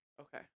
Okay